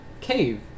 cave